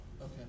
Okay